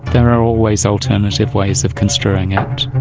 there are always alternative ways of construing it.